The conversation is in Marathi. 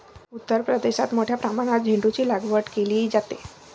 उत्तर प्रदेशात मोठ्या प्रमाणात झेंडूचीलागवड केली जाते